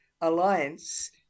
Alliance